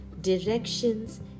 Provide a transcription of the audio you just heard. directions